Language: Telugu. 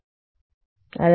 విద్యార్థి పదార్థం